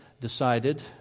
decided